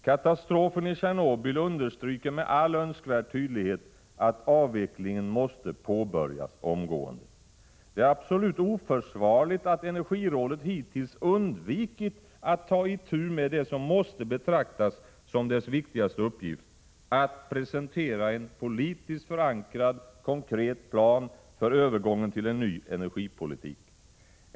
Katastrofen i Tjernobyl understryker med all önskvärd tydlighet att avvecklingen måste påbörjas omgående. Det är absolut oförsvarligt att energirådet hittills undvikit att ta itu med det som måste betraktas som dess viktigaste uppgift — att presentera en politiskt förankrad konkret plan för övergången till en ny energipolitik.